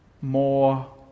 more